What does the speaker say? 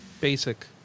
Basic